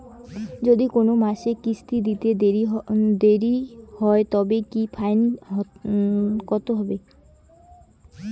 যদি কোন মাসে কিস্তি দিতে দেরি হয় তবে কি ফাইন কতহবে?